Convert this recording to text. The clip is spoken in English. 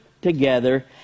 together